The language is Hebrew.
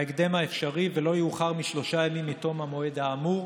בהקדם האפשרי ולא יאוחר משלושה ימים מתום המועד האמור,